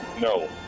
No